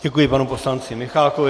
Děkuji panu poslanci Michálkovi.